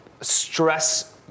stress